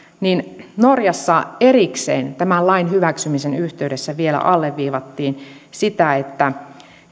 norjassa erikseen tämän lain hyväksymisen yhteydessä vielä alleviivattiin sitä että